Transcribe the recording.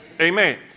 Amen